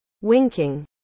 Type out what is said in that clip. Winking